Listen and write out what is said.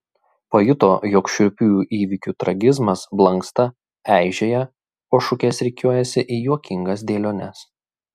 pajuto jog šiurpiųjų įvykių tragizmas blanksta eižėja o šukės rikiuojasi į juokingas dėliones